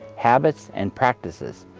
habits and practices.